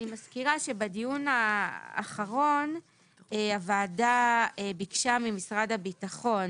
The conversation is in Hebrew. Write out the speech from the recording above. אני מזכירה שבדיון האחרון הוועדה ביקשה ממשרד הביטחון